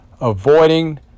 avoiding